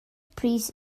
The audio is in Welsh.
pris